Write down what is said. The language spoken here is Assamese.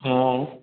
অঁ